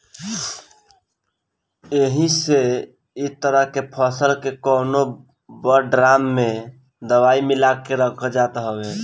एही से इ तरह के फसल के कवनो बड़ ड्राम में दवाई मिला के रखल जात हवे